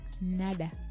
Nada